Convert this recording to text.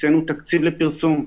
הקצינו תקציב לפרסום.